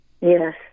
Yes